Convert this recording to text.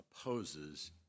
opposes